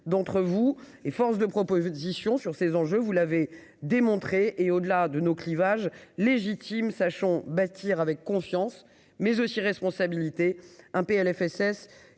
d'entre vous et force de proposition sur ces enjeux, vous l'avez démontré et, au-delà de nos clivages légitime, sachons bâtir avec confiance, mais aussi responsabilité un Plfss